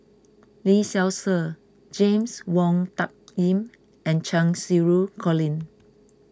Lee Seow Ser James Wong Tuck Yim and Cheng Xinru Colin